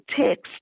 text